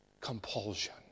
compulsion